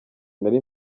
nari